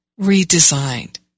redesigned